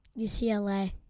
UCLA